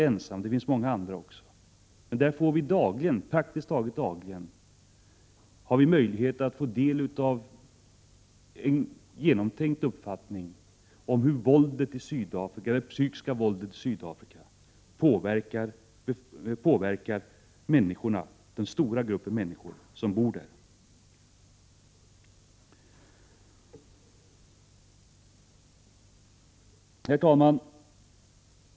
Genom hennes artiklar får vi praktiskt taget dagligen livfulla beskrivningar av det psykiska våldet i Sydafrika och hur det påverkar stora grupper människor. Herr talman!